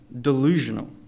delusional